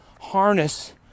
harness